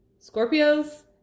Scorpios